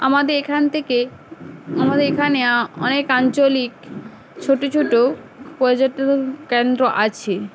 আমাদের এখান থেকে আমাদের এখানে অনেক আঞ্চলিক ছোটো ছোটো পর্যটন কেন্দ্র আছে